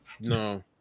No